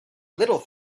little